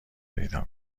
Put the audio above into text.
پیدا